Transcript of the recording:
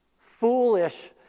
Foolish